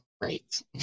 great